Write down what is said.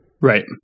Right